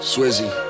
Swizzy